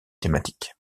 thématiques